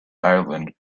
ireland